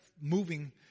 moving